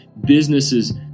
Businesses